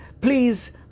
please